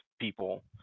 people